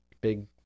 big